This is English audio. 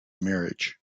marriage